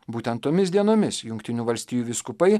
būtent tomis dienomis jungtinių valstijų vyskupai